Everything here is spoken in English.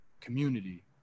community